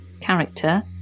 character